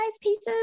pieces